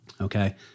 Okay